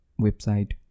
website